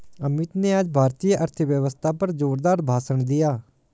अमित ने आज भारतीय अर्थव्यवस्था पर जोरदार भाषण दिया